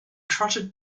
trotted